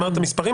אמרת את המספרים,